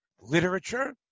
literature